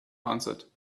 answered